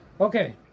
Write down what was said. Okay